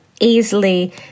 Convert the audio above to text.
easily